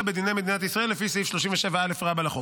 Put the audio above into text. בדיני מדינת ישראל לפי סעיף 37א לחוק.